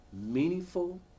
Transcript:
meaningful